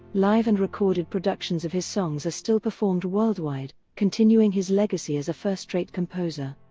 live and recorded productions of his songs are still performed worldwide, continuing his legacy as a first-rate composer.